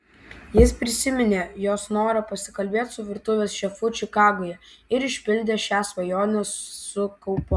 jis prisiminė jos norą pasikalbėti su virtuvės šefu čikagoje ir išpildė šią svajonę su kaupu